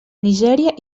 nigèria